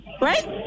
right